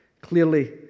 Clearly